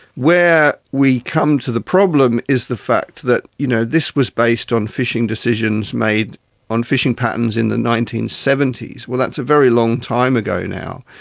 where we come to the problem is the fact that you know this was based on fishing decisions made on fishing patterns in the nineteen seventy s. well, that's a very long time ago now.